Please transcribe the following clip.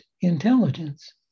intelligence